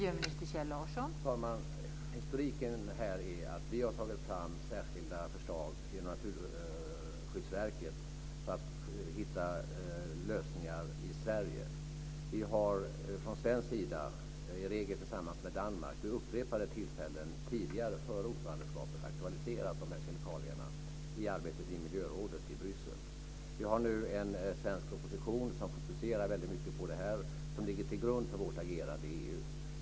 Fru talman! Historiken kan sammanfattas så att vi i Sverige via Naturvårdsverket har tagit fram särskilda förslag till lösningar. Vi har från svensk sida, i regel tillsammans med Danmark, vid upprepade tillfällen före ordförandeperioden aktualiserat de här kemikalierna i arbetet i miljörådet i Bryssel. Vi har nu en svensk proposition som väldigt mycket fokuserar på det här och som ligger till grund för vårt agerande i EU.